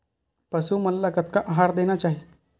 पशु मन ला कतना आहार देना चाही?